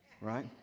right